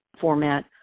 format